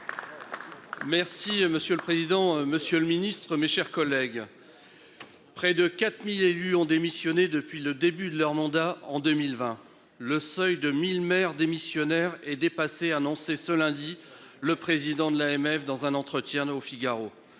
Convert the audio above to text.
Merci monsieur le président, Monsieur le Ministre, mes chers collègues. Près de 4000 élues ont démissionné depuis le début de leur mandat en 2020 le seuil de 1000 maires démissionnaire est dépassé, a annoncé ce lundi le président de l'AMF dans un entretien au Figaro.